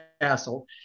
castle